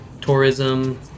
tourism